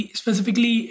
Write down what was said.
specifically